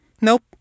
Nope